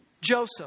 Joseph